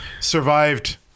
survived